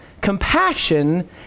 compassion